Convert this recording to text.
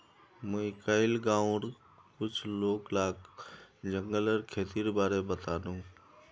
मुई कइल गांउर कुछ लोग लाक जंगलेर खेतीर बारे बतानु